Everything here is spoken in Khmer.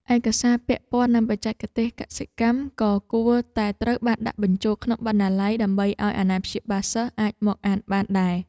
ឯកសារពាក់ព័ន្ធនឹងបច្ចេកទេសកសិកម្មក៏គួរតែត្រូវបានដាក់បញ្ចូលក្នុងបណ្ណាល័យ ដើម្បីឱ្យអាណាព្យាបាលសិស្សអាចមកអានបានដែរ។